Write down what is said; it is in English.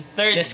Third